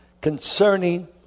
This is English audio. concerning